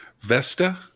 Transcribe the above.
vesta